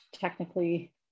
technically